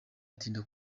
atinda